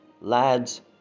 lads